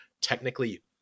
technically